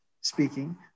speaking